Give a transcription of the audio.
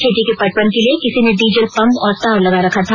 खेती के पटवन के लिए किसी ने डीजल पंप और तार लगा रखा था